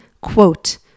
quote